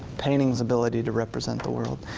painting's ability to represent the world,